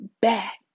back